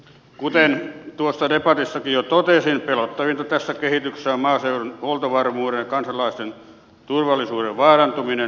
kuten tuossa debatissakin jo totesin pelottavinta tässä kehityksessä on maaseudun huoltovarmuuden ja kansalaisten turvallisuuden ja yrittämisen mahdollisuuksien vaarantuminen